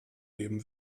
heben